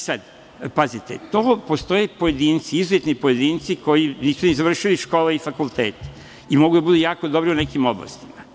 Sada, pazite, postoje izuzetni pojedinci koji nisu ni završili škole i fakultete i mogu da budu jako dobri u nekim oblastima.